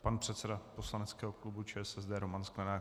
Pan předseda poslaneckého klubu ČSSD Roman Sklenák.